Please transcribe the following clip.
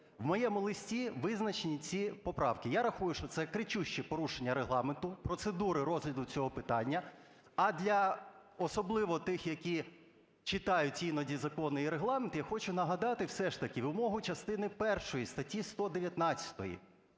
В моєму листі визначені ці поправки. Я рахую, що це кричуще порушення Регламенту, процедури розгляду цього питання. А для особливо тих, які читають іноді закони і Регламент, я хочу нагадати все ж таки вимогу частини першої статті 119: